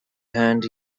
hand